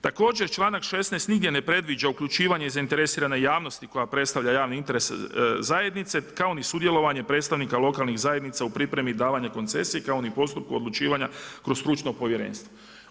Također, članak 16. nigdje ne predviđa uključivanje zainteresirane javnosti koja predstavlja javni interes zajednice, kao ni sudjelovanje predstavnika lokalnih zajednica u pripremi davanja koncesije kao ni postupku odlučivanja kroz stručno povjerenstvo.